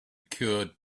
cured